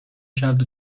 کرد